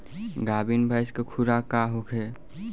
गाभिन भैंस के खुराक का होखे?